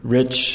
rich